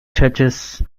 churches